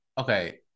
Okay